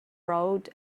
wrote